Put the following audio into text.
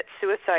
suicide